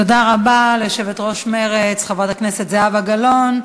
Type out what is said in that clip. תודה רבה ליושבת-ראש מרצ, חברת הכנסת זהבה גלאון.